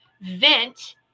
vent